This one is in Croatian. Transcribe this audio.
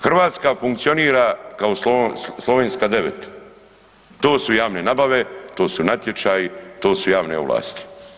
Hrvatska funkcionira kao Slovenska 9. To su javne nabave, to su natječaji, to su javne ovlasti.